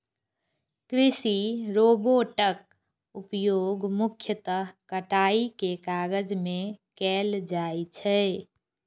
कृषि रोबोटक उपयोग मुख्यतः कटाइ के काज मे कैल जाइ छै